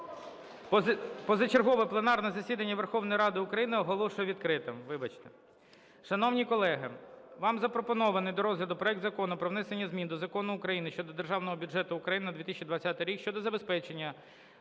Позачергове пленарне засідання Верховної Ради України оголошую відкритим. Вибачте. Шановні колеги, вам запропонований до розгляду проект Закону про внесення зміни до Закону України щодо Державного бюджету України на 2020 рік щодо забезпечення